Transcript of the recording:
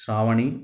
Shravani